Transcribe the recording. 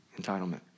entitlement